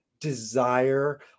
desire